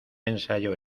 ensayo